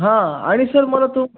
हां आणि सर मला तुम